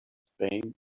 spain